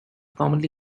commonly